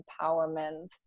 empowerment